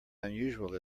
unusual